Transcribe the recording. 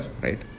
right